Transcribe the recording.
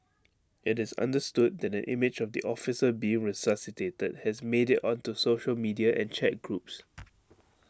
IT is understood that an image of the officer being resuscitated has made IT onto social media and chat groups